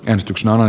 äänestyksen alla